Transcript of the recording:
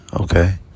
Okay